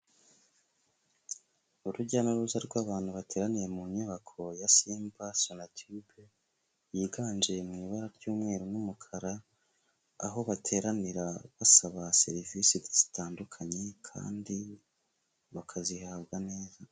Urujya n'uruza rw'abantu bateraniye mu nyubako ya Simba sonatibe, yiganje mu ibara ry'umweru n'umukara, aho bateranira basaba serivisi zitandukanye kandi bakazihabwa neza.